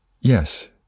Yes